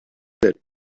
that